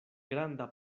granda